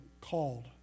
called